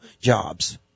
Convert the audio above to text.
jobs